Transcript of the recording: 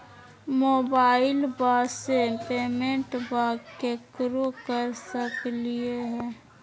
मोबाइलबा से पेमेंटबा केकरो कर सकलिए है?